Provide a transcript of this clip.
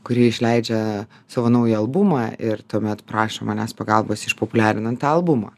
kuri išleidžia savo naują albumą ir tuomet prašo manęs pagalbos išpopuliarinant tą albumą